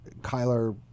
Kyler